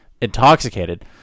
intoxicated